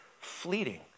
fleeting